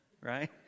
right